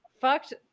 fucked